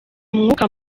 umwuka